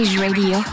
Radio